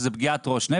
שזה פגיעת ראש,